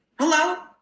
Hello